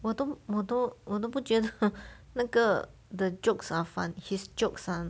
我都我都我都不觉得那个 the jokes are fun his jokes are